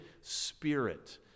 spirit